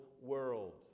world